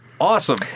Awesome